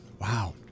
Wow